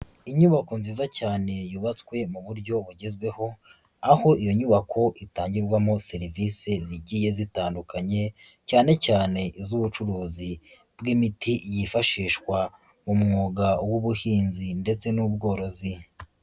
Inyubako nziza cyane yubatswe mu buryo bugezweho, aho iyo nyubako itangirwamo serivisi zigiye zitandukanye cyane cyane iz'ubucuruzi bw'imiti yifashishwa mu mwuga w'ubuhinzi ndetse n'ubworozi.